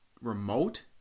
remote